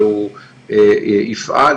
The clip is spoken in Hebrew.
והוא יפעל,